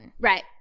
Right